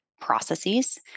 processes